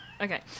Okay